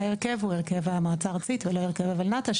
ההרכב הוא הרכב המועצה הארצית ולא הרכב הולנת"ע,